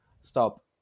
stop